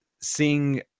seeing